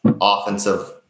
offensive